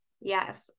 Yes